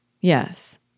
Yes